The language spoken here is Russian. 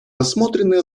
рассмотрены